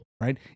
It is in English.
right